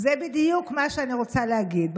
זה בדיוק מה שאני רוצה להגיד.